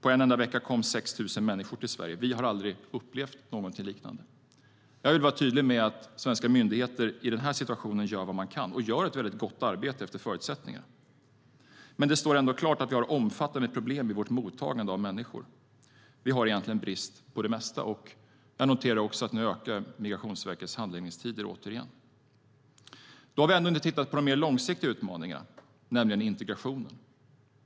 På en enda vecka kom 6 000 människor till Sverige. Vi har aldrig tidigare upplevt någonting liknande. Jag vill vara tydlig med att svenska myndigheter gör vad de kan, och de gör ett mycket gott arbete utifrån förutsättningarna. Men det står ändå klart att vi har omfattande problem i vårt mottagande av människor. Det är egentligen brist på det mesta, och jag noterar att nu ökar Migrationsverkets handläggningstider återigen. Och då har vi ändå inte tittat på de mer långsiktiga utmaningarna, nämligen integrationen.